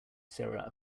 sarah